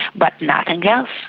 but nothing yeah